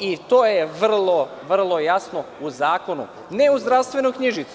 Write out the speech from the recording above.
i to je vrlo, vrlo jasno u zakonu, ne u zdravstvenoj knjižici.